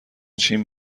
چین